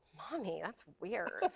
mommy, that's weird.